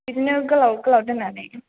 बिदिनो गोलाव गोलाव दोननानै